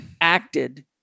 acted